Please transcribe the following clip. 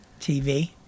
TV